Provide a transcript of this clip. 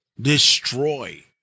destroy